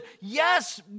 Yes